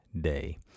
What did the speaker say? day